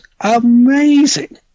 amazing